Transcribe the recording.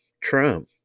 Trump